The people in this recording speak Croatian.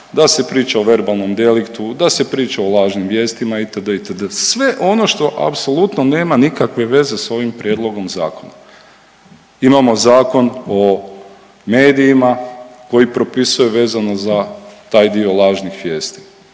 da se priča o verbalnom deliktu, da se priča o lažnim vijestima, itd., itd., sve ono što apsolutno nema nikakve veze s ovim prijedlogom zakona. Imamo Zakon o medijima koji propisuje vezano za taj dio lažnih vijesti,